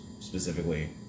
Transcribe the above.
specifically